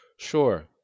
Sure